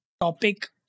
topic